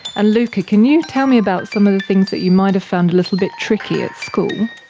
and luca, can you tell me about some and the things that you might have found a little bit tricky at school?